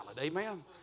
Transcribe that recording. Amen